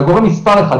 זה הגורם מספר אחד,